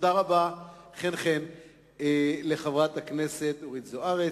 חן-חן לחברת הכנסת אורית זוארץ.